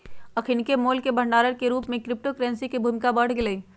अखनि मोल के भंडार के रूप में क्रिप्टो करेंसी के भूमिका बढ़ गेलइ